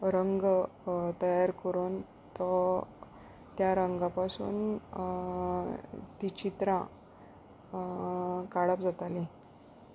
हो रंग तयार करून तो त्या रंगा पसून तीं चित्रां काडप जातालीं